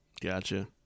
gotcha